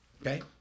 Okay